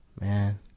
Man